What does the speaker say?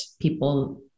people